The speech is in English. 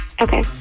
Okay